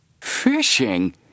Fishing